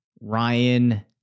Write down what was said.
Ryan